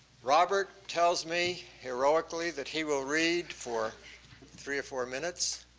robert tells me, heroically that he will read for three or four minutes.